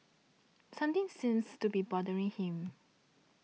something seems to be bothering him